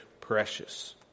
precious